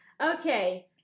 Okay